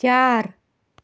चार